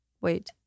wait